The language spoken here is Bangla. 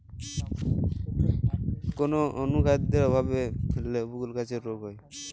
কোন অনুখাদ্যের অভাবে লেবু গাছের রোগ হয়?